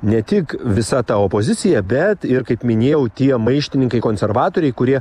ne tik visa ta opozicija bet ir kaip minėjau tie maištininkai konservatoriai kurie